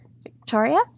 Victoria